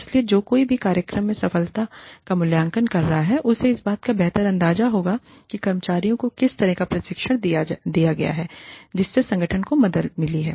इसलिए जो कोई भी कार्यक्रम की सफलता का मूल्यांकन कर रहा है उसे इस बात का बेहतर अंदाजा होगा कि कर्मचारियों को किस तरह का प्रशिक्षण दिया गया है जिससे संगठन को मदद मिली है